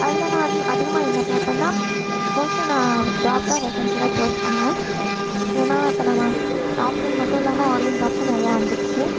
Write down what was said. அதில் நான் வந்து அதிகமாக என்ன பாப்பேன்னா மோஸ்ட்லி நான் ஜாப் தான் வேக்கன்ஸிலாம் சர்ச் பண்ணுவேன் ஏன்னா இப்போ நாம் ஆஃப்லைன் மட்டும் இல்லாமல் ஆன்லைன் ஜாப்ஸும் நிறையா வந்துடுச்சு